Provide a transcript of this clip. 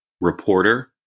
Reporter